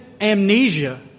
amnesia